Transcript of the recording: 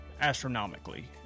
astronomically